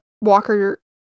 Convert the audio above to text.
Walker